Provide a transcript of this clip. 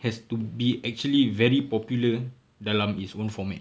has to be actually very popular dalam its own format